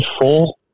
four